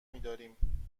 میداریم